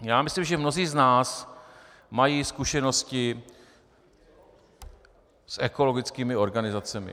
Já myslím, že mnozí z nás mají zkušenosti s ekologickými organizacemi.